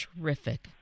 Terrific